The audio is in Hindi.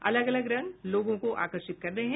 अलग अलग रंग लोगों को आकर्षित कर रहे हैं